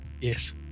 yes